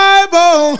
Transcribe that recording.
Bible